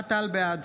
בעד